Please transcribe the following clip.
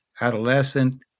adolescent